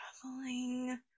traveling